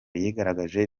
yigaragaje